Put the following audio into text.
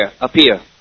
appear